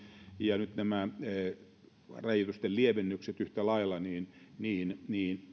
ja nyt näitä rajoitusten lievennyksiäkin yhtä lailla